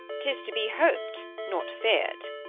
tis to be hop'd, not fear'd.